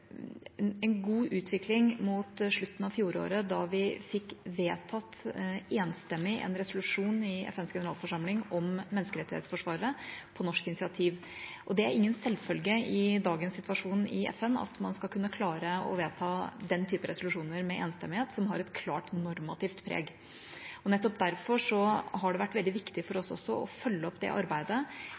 en god utvikling mot slutten av fjoråret, da vi, på norsk initiativ, fikk vedtatt enstemmig en resolusjon i FNs generalforsamling om menneskerettighetsforsvarere. Det er ingen selvfølge i dagens situasjon i FN at man skal kunne klare, med enstemmighet, å vedta den type resolusjoner, som har et klart normativt preg. Nettopp derfor har det vært veldig viktig for oss å følge opp dette arbeidet,